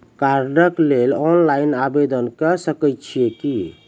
कार्डक लेल ऑनलाइन आवेदन के सकै छियै की?